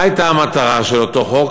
מה הייתה המטרה של אותו חוק?